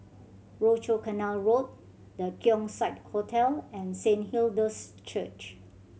Rochor Canal Road The Keong Saik Hotel and Saint Hilda's Church